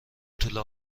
توله